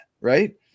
right